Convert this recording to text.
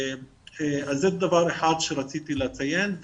זה דבר אחד שרציתי לציין.